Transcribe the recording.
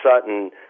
Sutton